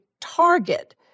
target